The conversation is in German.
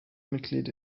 mitglied